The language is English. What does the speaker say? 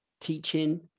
teaching